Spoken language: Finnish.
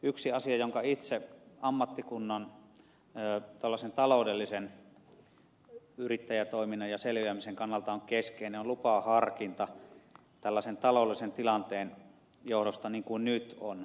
yksi asia joka itse ammattikunnan taloudellisen yrittäjätoiminnan ja selviämisen kannalta on keskeinen lupaa harkita tällaisen talollisen tilanteen johdosta ninkun nyt on lupaharkinta